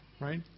right